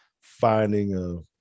finding